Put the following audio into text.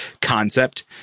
concept